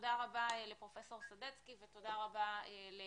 תודה רבה לפרופסור סדצקי ולערן.